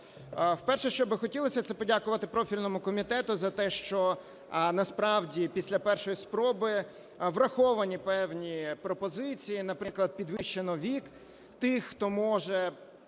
Перше, щоби хотілося, це подякувати профільному комітету за те, що насправді після першої спроби враховані певні пропозиції, наприклад, підвищено вік тих, хто може,